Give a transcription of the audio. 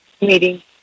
meeting